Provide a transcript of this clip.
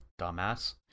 Dumbass